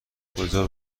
کجا